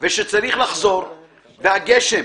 ושצריך לחזור / והגשם